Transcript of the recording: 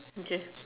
okay